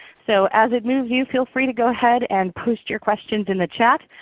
so as it moves you, feel free to go ahead and post your questions in the chat.